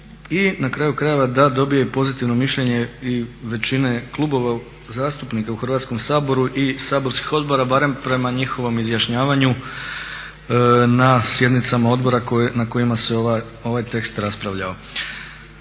i na kraju krajeva da dobije i pozitivno mišljenje i većine klubova zastupnika u Hrvatskom saboru i saborskih odbora, barem prema njihovom izjašnjavanju na sjednicama odbora na kojima se ovaj tekst raspravljao.